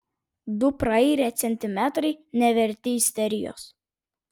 du prairę centimetrai neverti isterijos